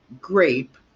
grape